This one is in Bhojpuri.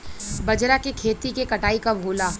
बजरा के खेती के कटाई कब होला?